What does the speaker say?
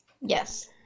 yes